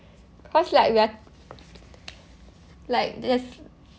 cause like we're like this